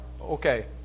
Okay